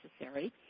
necessary